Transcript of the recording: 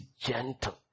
gentle